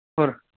ಹ್ಞೂ ರೀ